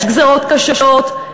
יש גזירות קשות,